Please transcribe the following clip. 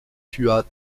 tua